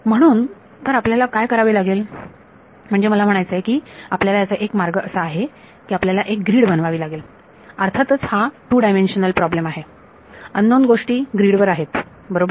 म्हणून तर आपल्याला काय करावे लागेल म्हणजे मला म्हणायचं आहे की आपल्याला याचा एक मार्ग असा की आपल्याला एक ग्रीड बनवावी लागेल अर्थातच हा 2 डायमेन्शनल प्रॉब्लेम आहे अज्ञात गोष्टी ग्रीड वर आहेत बरोबर